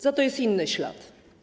Za to jest inny ślad.